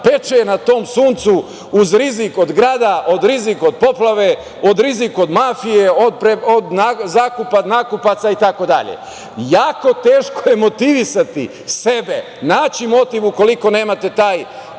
peče na tom suncu uz rizik od grada, rizik od poplave, rizik od mafije, od zakupa nakupaca itd. Jako teško je motivisati sebe, naći motiv ukoliko nemate tu